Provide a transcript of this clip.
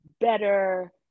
better